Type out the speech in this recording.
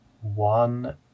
one